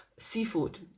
Seafood